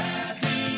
Happy